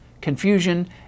confusion